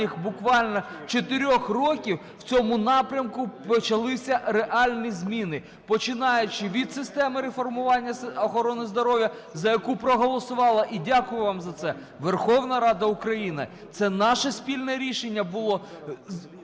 буквально 4 років в цьому напрямку почалися реальні зміни, починаючи від системи реформування охорони здоров'я, за яку проголосувала – і дякую вам за це – Верховна Рада України. Це наше спільне рішення було